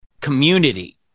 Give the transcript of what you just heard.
community